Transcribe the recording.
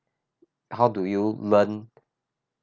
how do you learn